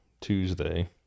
Tuesday